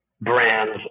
brands